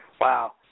Wow